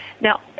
Now